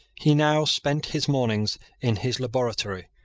he now spent his mornings in his laboratory,